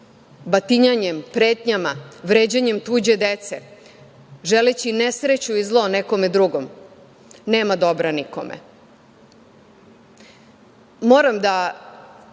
batinanjem, pretnjama, vređanjem tuđe dece, želeći nesreću i zlo nekome drugom, nema dobra nikome. Moram